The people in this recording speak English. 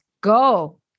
go